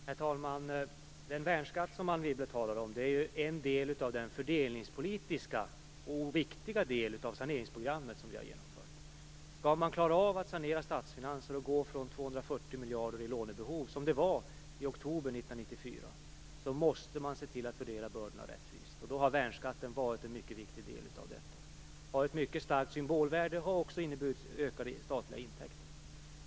Herr talman! Den värnskatt som Anne Wibble talar om är en fördelningspolitisk och viktig del av det saneringsprogram som vi har genomfört. Om man skall klara av att sanera statsfinanser och gå från 240 miljarder i lånebehov, som det var i oktober 1994, måste man se till att fördela bördorna rättvist. Värnskatten har då varit en mycket viktig del i detta, har ett mycket starkt symbolvärde och har inneburit ökade statliga intäkter.